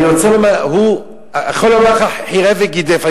אני יכול לומר לך שהוא חירף וגידף.